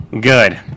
Good